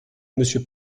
monsieur